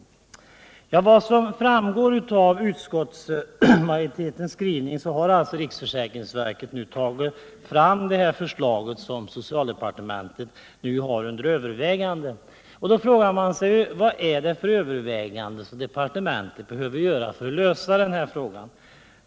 Vissa sjukpenning Som framgår av utskottsmajoritetens skrivning har riksförsäkringsverket tagit fram ett förslag som socialdepartementet nu har under övervägande. Då frågar man sig: Vad är det för övervägande som departementet behöver göra för att lösa denna fråga?